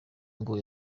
ngo